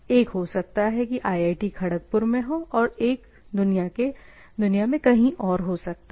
एक हो सकता है की IIT खड़गपुर मैं हो और एक दुनिया में कहीं और हो सकता है